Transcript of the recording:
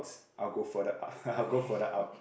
I'll go further up I'll go further up